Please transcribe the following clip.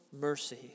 mercy